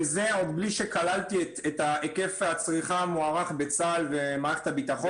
וזה עוד בלי שכללתי את היקף הצריכה המוערך בצה"ל ובמערכת הביטחון.